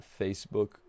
facebook